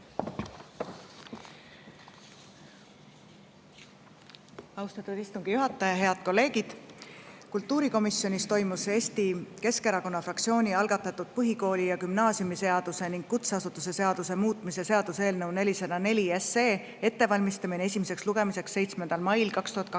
Austatud istungi juhataja! Head kolleegid! Kultuurikomisjonis toimus Eesti Keskerakonna fraktsiooni algatatud põhikooli- ja gümnaasiumiseaduse ning kutseõppeasutuse seaduse muutmise seaduse eelnõu 404 ettevalmistamine esimeseks lugemiseks 7. mail 2024.